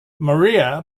maria